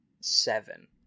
Seven